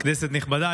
כנסת נכבדה,